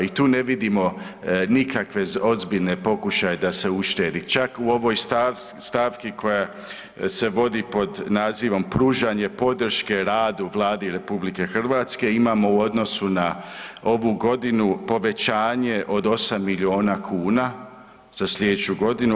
I tu ne vidimo nikakve ozbiljne pokušaje da se uštedi, čak u ovoj stavki koja se vodi pod nazivom Pružanje podrške radu Vladi RH imamo u odnosu na ovu godinu povećanje od 8 milijuna kuna za sljedeću godinu.